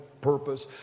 purpose